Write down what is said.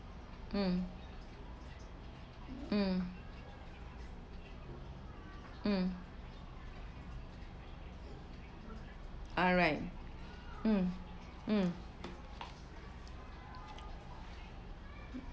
um um um alright um um